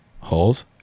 Holes